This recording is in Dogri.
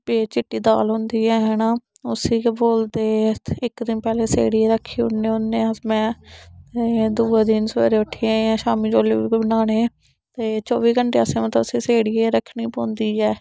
चिट्टी दाल हुंदी ऐ हैना उसी केह् बोलदे इक दिन पैह्ले छेड़ियै रक्खी उड़ने हुन्ने आं अस मैं ते दुए दिन सवेरै उट्ठियै जां शामी जोल्लै बी कोई बनाने ते चौबी घैंटे असें तां उसी छेड़ियै रक्खने पौंदी ऐ